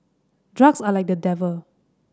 drugs are like the devil